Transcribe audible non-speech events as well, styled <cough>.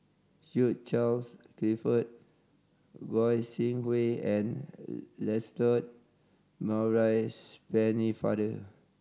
Hugh Charles Clifford Goi Seng Hui and <unintelligible> Lancelot Maurice Pennefather